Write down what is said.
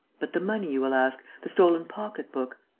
but the money, you will ask, the stolen pocket-book?